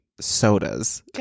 sodas